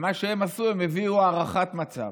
מה שהם עשו, זה שהם הביאו הערכת מצב.